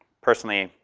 personally,